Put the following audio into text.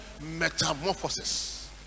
metamorphosis